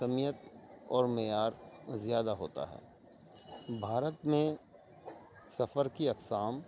کمیت اور معیار زیادہ ہوتا ہے بھارت میں سفر کی اقسام